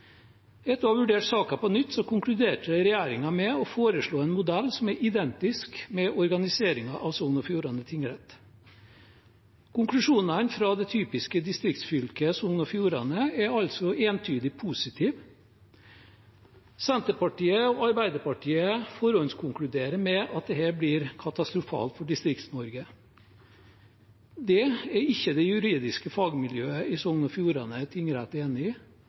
Etter å ha vurdert saken på nytt konkluderte regjeringen med å foreslå en modell som er identisk med organiseringen av Sogn og Fjordane tingrett. Konklusjonene fra det typiske distriktsfylket Sogn og Fjordane er altså entydig positive. Senterpartiet og Arbeiderpartiet forhåndskonkluderer med at dette blir katastrofalt for Distrikts-Norge. Det er ikke det juridiske fagmiljøet i Sogn og Fjordane tingrett enig i.